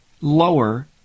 lower